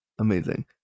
Amazing